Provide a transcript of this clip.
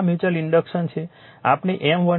આ mutual inductance છે